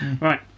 Right